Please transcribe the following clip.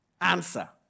Answer